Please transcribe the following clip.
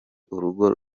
urugo